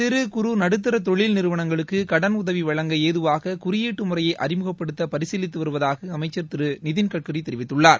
சிறு குறு நடுத்தர தொழில் நிறுவனங்களுக்கு கடன் உதவி வழங்க ஏதுவாக குறியீட்டு முறையை அறிமுகப்படுத்த பரிசீலித்து வருவதாக அமைச்சர் திரு நிதின்கட்கரி தெரிவித்துள்ளார்